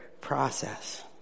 process